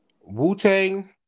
Wu-Tang